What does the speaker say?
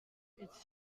its